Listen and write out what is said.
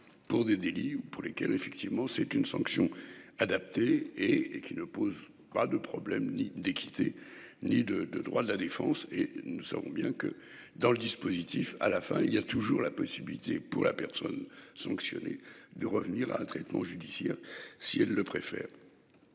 pour des délits ou pour lesquelles effectivement c'est une sanction adaptée et et qui ne pose pas de problème d'équité ni de de droits de la défense et nous savons bien que dans le dispositif à la fin il y a toujours la possibilité pour la personne sanctionnée de revenir à un traitement judiciaire si elle le préfet.--